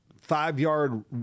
five-yard